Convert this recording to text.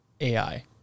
AI